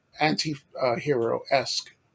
anti-hero-esque